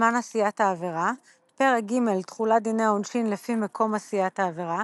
זמן עשיית העבירה פרק ג' תחולת דיני העונשין לפי מקום עשיית העבירה